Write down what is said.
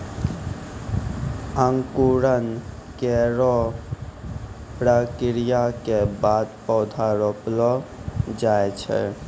अंकुरन केरो प्रक्रिया क बाद पौधा रोपलो जाय छै